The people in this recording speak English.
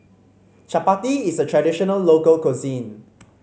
chapati is a traditional local cuisine